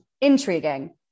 Intriguing